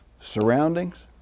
surroundings